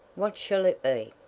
what shall it be?